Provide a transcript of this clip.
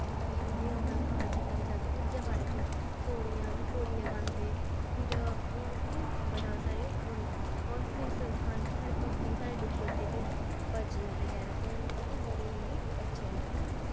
की जियां ओह् अपना घर छड्डियै जा दी ते ओह्दे बारे च घोड़ियां बी घोड़ियां गांदे फिर होर बा बड़े सारे होंदे होर संस्कार च साढ़े भगती गीत साढ़े डुग्गर दे नै भजन बगैरा ओह् न ओह् बा बड़े इ अच्छे न